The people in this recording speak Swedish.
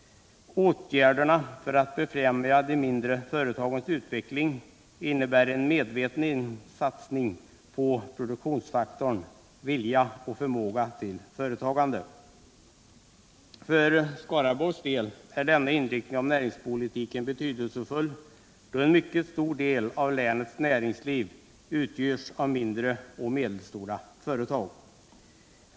Åtgärderna för att befrämja de mindre företagens utveckling innebär en medveten satsning på produktionsfaktorn ”vilja och förmåga till företagande”: För Skaraborgs läns del är denna inriktning av näringspolitiken betydelsefull, då en mycket stor del av länets näringsliv utgörs av mindre och medelstora företag.